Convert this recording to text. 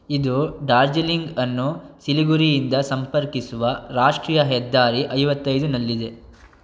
ಇದು ಡಾರ್ಜಿಲಿಂಗ್ ಅನ್ನು ಸಿಲಿಗುರಿಯಿಂದ ಸಂಪರ್ಕಿಸುವ ರಾಷ್ಟ್ರೀಯ ಹೆದ್ದಾರಿ ಐವತ್ತೈದು ನಲ್ಲಿದೆ